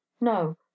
No